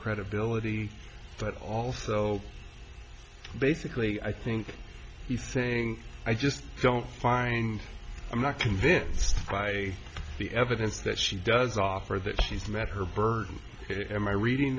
credibility but also basically i think he's saying i just don't find i'm not convinced by the evidence that she does offer that she's met her burden am i reading